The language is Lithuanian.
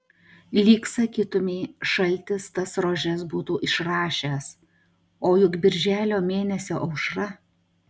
lyg sakytumei šaltis tas rožes būtų išrašęs o juk birželio mėnesio aušra